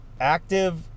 Active